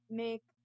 make